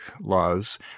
laws